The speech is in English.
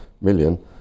million